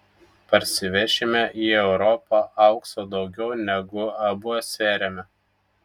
parsivešime į europą aukso daugiau negu abu sveriame